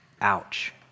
Ouch